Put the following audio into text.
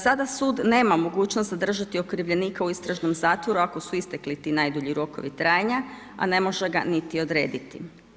Sada sud nema mogućnost zadržati okrivljenika u istražnom zatvoru ako su istekli ti najdulji rokovi trajanja, a ne može ga niti odrediti.